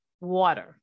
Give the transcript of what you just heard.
water